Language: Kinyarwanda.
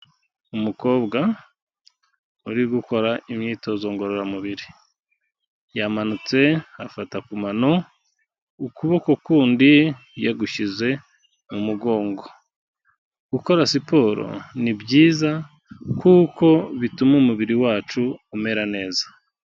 Umukobwa uri gukora imyitozo ngororamubiri; yamanutse afata ku mano, ukuboko kundi yagushyize mu mugongo. Gukora siporo ni byiza, kuko bituma umubiri wacu umera neza.